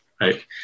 right